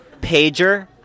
pager